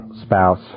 spouse